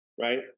Right